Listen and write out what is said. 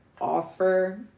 offer